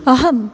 अहम्